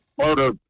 murder